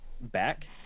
back